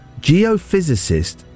Geophysicist